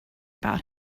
about